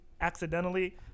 accidentally